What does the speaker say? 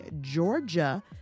Georgia